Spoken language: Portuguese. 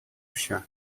chá